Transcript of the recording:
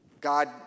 God